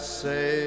say